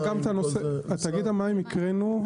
תאגיד המים, הקראנו.